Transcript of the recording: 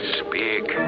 speak